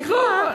סליחה.